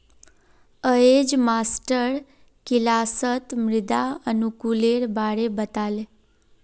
अयेज मास्टर किलासत मृदा अनुकूलेर बारे बता ले